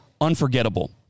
unforgettable